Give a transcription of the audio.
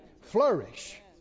Flourish